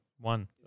One